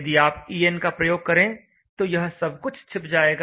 यदि आप EN का प्रयोग करें तो यह सब कुछ छिप जाएगा